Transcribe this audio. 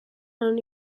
non